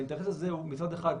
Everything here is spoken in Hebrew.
מצד אחד,